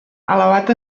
elevat